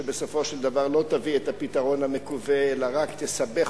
שבסופו של דבר לא תביא את הפתרון המקווה אלא רק תסבך